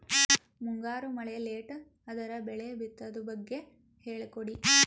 ಮುಂಗಾರು ಮಳೆ ಲೇಟ್ ಅದರ ಬೆಳೆ ಬಿತದು ಬಗ್ಗೆ ಹೇಳಿ ಕೊಡಿ?